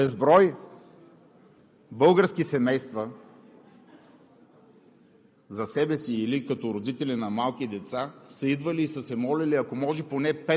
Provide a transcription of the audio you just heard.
В тези години, никога няма да го забравя, безброй български семейства